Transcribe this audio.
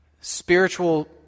Spiritual